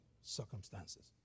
circumstances